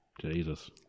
Jesus